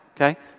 okay